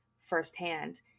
firsthand